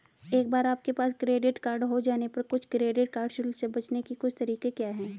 एक बार आपके पास क्रेडिट कार्ड हो जाने पर कुछ क्रेडिट कार्ड शुल्क से बचने के कुछ तरीके क्या हैं?